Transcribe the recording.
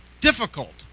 difficult